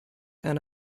and